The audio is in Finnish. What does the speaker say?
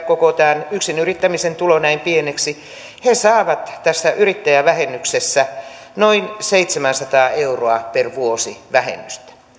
koko tämän yksinyrittämisen tulo näin pieneksi saavat tässä yrittäjävähennyksessä noin seitsemänsataa euroa per vuosi vähennystä